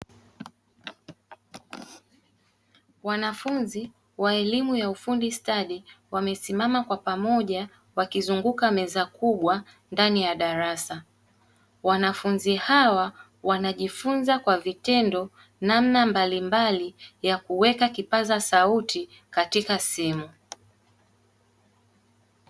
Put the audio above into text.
Wanafunzi wa elimu ya ufundi stadi wamesimama kwa pamoja wakizunguka meza kubwa ndani ya darasa. Wanafunzi hawa wanajifunza kwa vitendo, namna mbalimbali ya kuweka kipaza sauti katika simu.